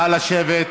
נא לשבת.